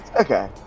Okay